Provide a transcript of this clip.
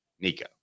Nico